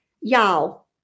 Y'all